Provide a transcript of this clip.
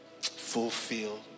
fulfill